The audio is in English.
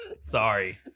sorry